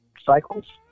cycles